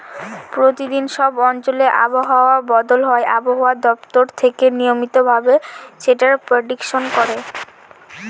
প্রতিদিন সব অঞ্চলে আবহাওয়া বদল হয় আবহাওয়া দপ্তর থেকে নিয়মিত ভাবে যেটার প্রেডিকশন করে